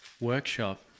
workshop